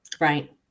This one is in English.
right